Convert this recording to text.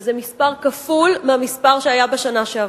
וזה מספר כפול מהמספר שהיה בשנה שעברה.